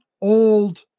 old